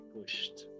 pushed